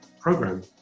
program